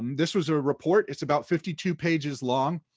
this was a report, it's about fifty two pages long.